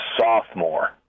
sophomore